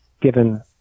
given